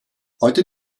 heute